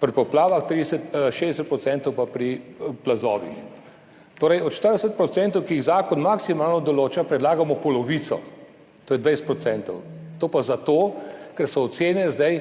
Pri poplavah 30, 60 % pa pri plazovih. Torej, od 40 %, ki jih zakon maksimalno določa, predlagamo polovico, to je 20 %. To pa zato, ker so ocene zdaj